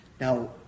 Now